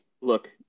look